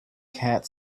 cat